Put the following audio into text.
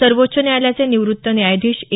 सर्वोच्च न्यायालयाचे निवृत्त न्यायाधीश ए